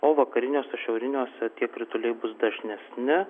o vakariniuose šiauriniuose tie krituliai bus dažnesni